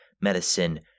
medicine